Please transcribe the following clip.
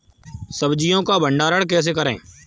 सब्जियों का भंडारण कैसे करें?